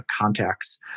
contacts